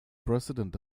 president